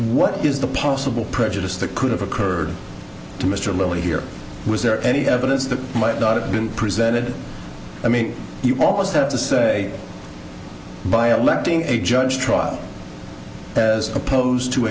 what is the possible prejudiced that could have occurred to mr libby here was there any evidence that might not have been presented i mean you almost have to see by a black being a judge trough as opposed to